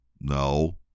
No